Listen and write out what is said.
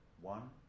One